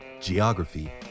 Geography